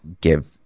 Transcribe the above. give